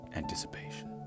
anticipation